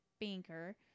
banker